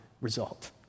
result